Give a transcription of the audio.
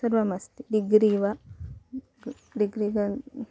सर्वमस्ति डिग्रि वा डिग्रि गन्तुम्